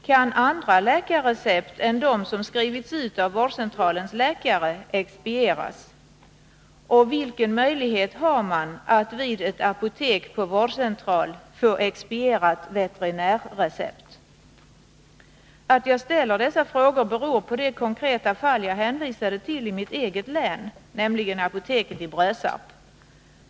Kan andra läkarrecept än de som skrivits ut av vårdcentralens läkare expedieras, och vilken möjlighet har man att vid ett apotek på en vårdcentral Att jag ställer dessa frågor beror på det konkreta fall i mitt eget hemlän Onsdagen den som jag hänvisade till, nämligen apoteket i Brösarp.